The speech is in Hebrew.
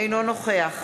אינו נוכח